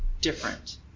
different